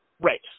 Right